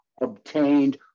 obtained